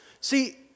See